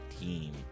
team